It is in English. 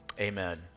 amen